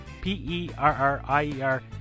P-E-R-R-I-E-R